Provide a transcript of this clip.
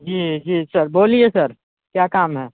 जी जी सर बोलिए सर क्या काम है